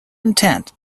intent